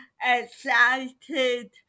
Excited